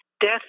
death